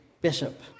bishop